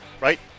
right